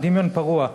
הדמיון פרוע.